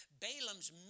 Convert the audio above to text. Balaam's